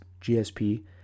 GSP